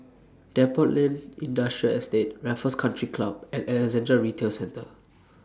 Depot Lane Industrial Estate Raffles Country Club and Alexandra Retail Centre